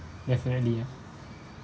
definitely ah